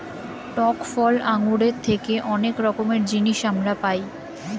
টক ফল আঙ্গুরের থেকে অনেক রকমের জিনিস আমরা পাই